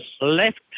left